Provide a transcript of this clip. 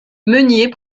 meunier